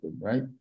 right